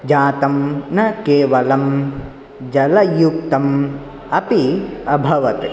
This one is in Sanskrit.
जातं न केवलम् जलयुक्तम् अपि अभवत्